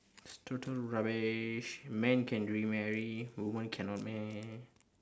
it's total rubbish men can remarry women cannot meh